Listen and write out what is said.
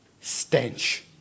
stench